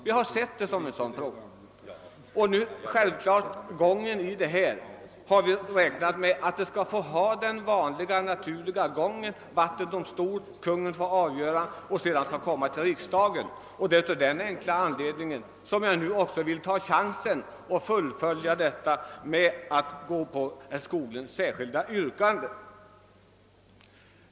Vi har räknat med att gången skulle vara den naturliga: först får vattendomstolen ta ställning till frågan, därefter görs en prövning av Kungl. Maj:t och slutligen föreläggs ärendet riksdagen.